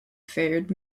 fared